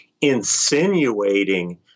insinuating